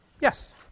Yes